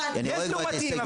יש לעומתיים,